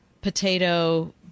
potato